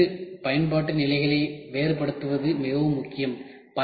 வெவ்வேறு பயன்பாட்டு நிலைகளை வேறுபடுத்துவது மிகவும் முக்கியம்